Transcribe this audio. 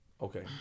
Okay